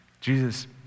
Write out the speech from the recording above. Jesus